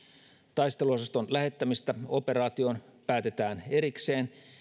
taisteluosaston lähettämisestä operaatioon päätetään erikseen